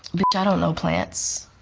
but i don't know plants.